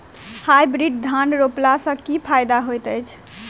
Hybrid धान रोपला सँ की फायदा होइत अछि?